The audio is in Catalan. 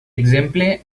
exemple